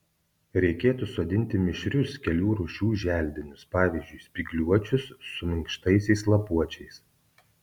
reikėtų sodinti mišrius kelių rūšių želdinius pavyzdžiui spygliuočius su minkštaisiais lapuočiais